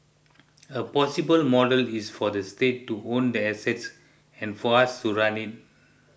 a possible model is for the state to own the assets and for us to run it